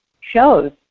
shows